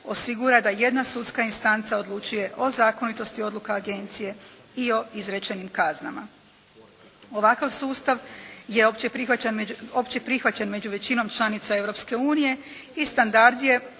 osigura da jedna sudska instanca odlučuje o zakonitosti odluka agencije i o izrečenim kaznama. Ovakav sustav je opće prihvaćen među većinom članica Europske unije